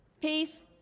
Peace